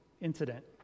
incident